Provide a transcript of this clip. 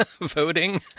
voting